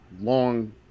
long